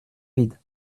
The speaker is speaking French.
vide